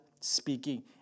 speaking